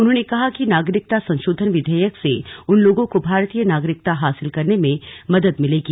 उन्होंने कहा कि नागरिकता संशोधन विधेयक से उन लोगों को भारतीय नागरिकता हासिल करने में मदद मिलेगी